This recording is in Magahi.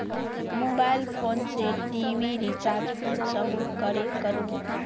मोबाईल फोन से टी.वी रिचार्ज कुंसम करे करूम?